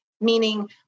meaning